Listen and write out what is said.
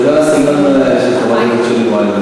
זה לא הסגנון של חברת הכנסת שולי מועלם,